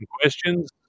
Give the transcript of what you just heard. questions